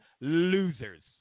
losers